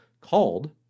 called